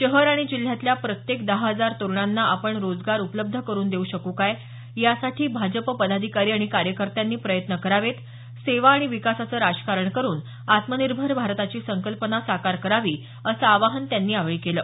शहर आणि जिल्ह्यातल्या प्रत्येकी दहा हजार तरुणांना आपण रोजगार उपलब्ध करून देऊ शकू काय यासाठी भाजप पदाधिकारी आणि कार्यकर्त्यांनी प्रयत्न करावेत सेवा आणि विकासाचं राजकारण करून आत्मनिर्भर भारताची संकल्पना साकार करावी असं आवाहन त्यांनी यावेळी केलं